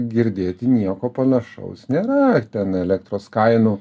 girdėti nieko panašaus nėra ten elektros kainų